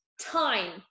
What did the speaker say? time